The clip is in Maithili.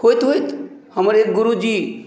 होइत होइत हमर एक गुरुजी